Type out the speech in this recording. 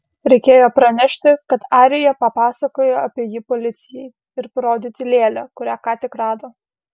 reikėjo pranešti kad arija papasakojo apie jį policijai ir parodyti lėlę kurią ką tik rado